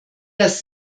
das